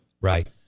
right